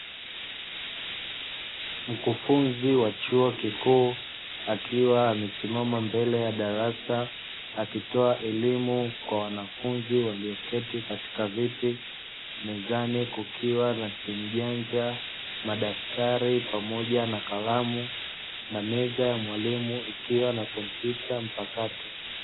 Mkufunzi wa chuo kikuu, akiwa amesimama mbele ya darasa akitoa elimu kwa wanafunzi walioketi katika viti. Mezani kukiwa na simu janja, madaftari, pamoja na kalamu, na meza ya mwalimu ikiwa na kompyuta mpakato.